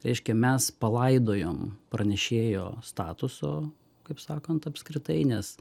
reiškia mes palaidojom pranešėjo statuso kaip sakant apskritai nes